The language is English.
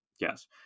yes